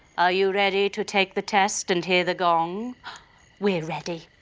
are you ready to take the test and hear the gong we're ready,